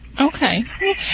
Okay